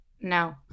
no